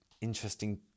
interesting